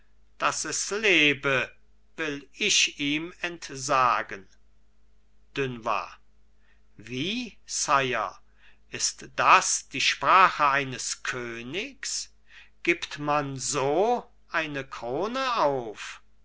daß es lebe will ich ihm entsagen dunois wie sire ist das die sprache eines königs gibt man so eine krone auf